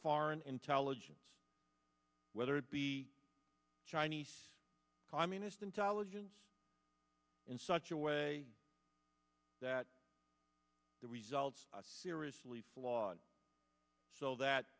foreign intelligence whether it be chinese communist intelligence in such a way that the results are seriously flawed so that